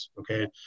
Okay